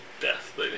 death